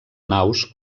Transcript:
naus